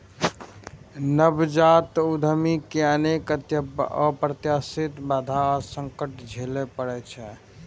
नवजात उद्यमी कें अनेक अप्रत्याशित बाधा आ संकट झेलय पड़ै छै